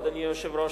אדוני היושב-ראש,